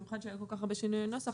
במיוחד שהיה כל כך הרבה שינויי נוסח,